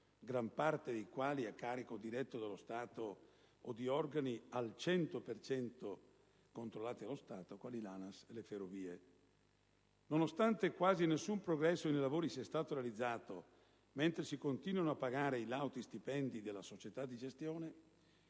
gran parte dei quali a carico diretto dello Stato o di organi al cento per cento controllati dallo Stato (quali l'ANAS o le Ferrovie). Nonostante quasi nessun progresso dei lavori sia stato realizzato, mentre si continuano a pagare i lauti stipendi della società di gestione,